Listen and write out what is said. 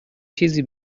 چیزی